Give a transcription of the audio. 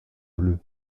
bleus